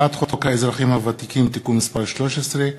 הצעת חוק האזרחים הוותיקים (תיקון מס' 13),